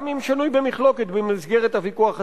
גם אם שנוי במחלוקת במסגרת הוויכוח הציבורי.